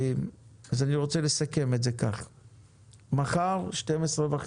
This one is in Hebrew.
אל תתעסקו בדקדוקי עניות של סעיפים שוליים שאמנם